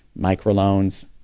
microloans